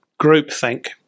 groupthink